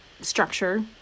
structure